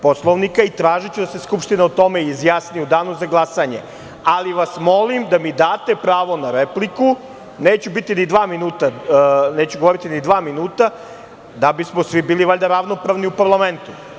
Poslovnika i tražiću da se Skupština o tome izjasni u danu za glasanje, ali vas molim da mi date pravo na repliku, neću govoriti ni dva minuta, da bismo svi bili valjda ravnopravni u parlamentu.